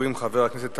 חבר הכנסת דוד רותם.